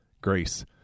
grace